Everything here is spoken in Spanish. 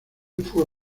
fue